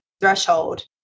threshold